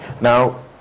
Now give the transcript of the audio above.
Now